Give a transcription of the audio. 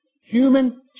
Human